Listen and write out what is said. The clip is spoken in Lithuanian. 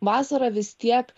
vasarą vis tiek